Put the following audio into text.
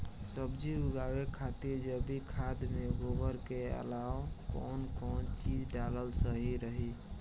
सब्जी उगावे खातिर जैविक खाद मे गोबर के अलाव कौन कौन चीज़ डालल सही रही?